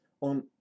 on